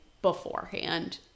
beforehand